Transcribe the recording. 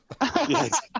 Yes